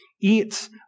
eat